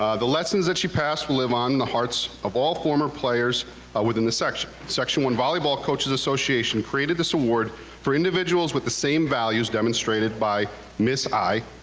the lessons that she passed will live on in the hearts of all former players within the section. section one volleyball coaches' association created this award for individuals with the same values demonstrated by miss i,